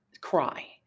cry